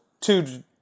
two